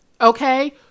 okay